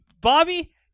Bobby